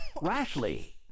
rashly